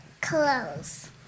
clothes